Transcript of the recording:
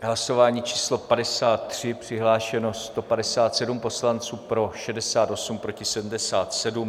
Hlasování číslo 53, přihlášeno 157 poslanců, pro 68, proti 77.